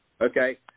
Okay